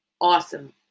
awesome